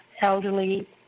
elderly